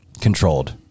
controlled